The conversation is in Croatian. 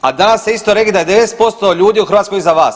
A danas te isto rekli da je 90% ljudi u Hrvatskoj iza vas.